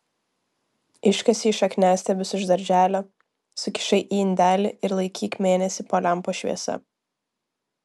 iškasei šakniastiebius iš darželio sukišai į indelį ir laikyk mėnesį po lempos šviesa